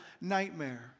nightmare